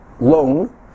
loan